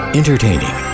entertaining